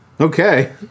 Okay